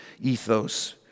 ethos